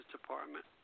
Department